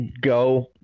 go